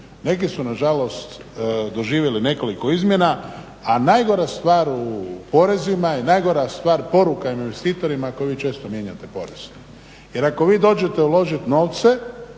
Neki su nažalost doživjeli nekoliko izmjena, a najgora stvar u porezima, najgora stvar, poruka investitorima ako vi često mijenjate porez. Jer ako vi dođete uložiti novce,